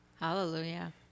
hallelujah